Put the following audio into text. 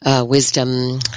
wisdom